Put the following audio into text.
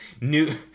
new